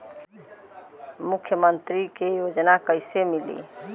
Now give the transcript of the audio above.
मुख्यमंत्री के योजना कइसे मिली?